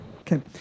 Okay